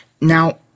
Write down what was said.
Now